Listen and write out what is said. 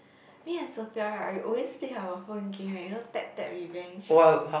me and Sophia right we always play our phone game eh you know tap tap revenge